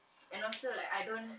and also like I don't